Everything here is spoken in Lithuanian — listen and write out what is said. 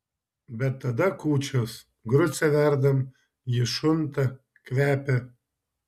bet tada kūčios grucę verdam ji šunta kvepia